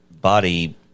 body